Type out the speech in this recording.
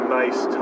nice